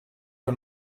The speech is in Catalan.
que